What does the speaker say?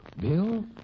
Bill